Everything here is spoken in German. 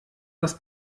das